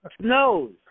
snows